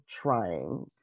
trying